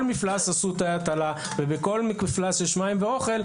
מפלס עשו תאי הטלה ובכל מפלס יש מים ואוכל,